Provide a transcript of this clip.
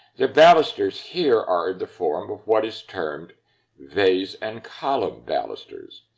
the balusters here are the form of what is termed vase and column balusters.